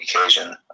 occasion